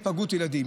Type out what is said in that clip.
בהיפגעות ילדים.